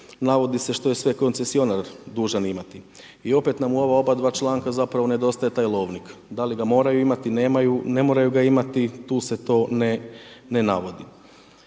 navodi se što je sve koncesionar dužan imati. I opet nam u ova obadva članka zapravo nedostaje taj lovnik. Da li ga moraju imati, ne moraju ga imati, tu se to ne navodi.